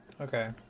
Okay